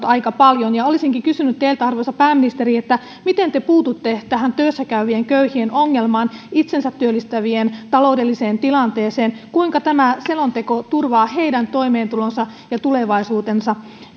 aika paljon olisinkin kysynyt teiltä arvoisa pääministeri miten te puututte tähän työssä käyvien köyhien ongelmaan itsensä työllistävien taloudelliseen tilanteeseen kuinka tämä selonteko turvaa heidän toimeentulonsa ja tulevaisuutensa